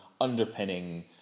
underpinning